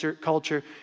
culture